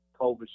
COVID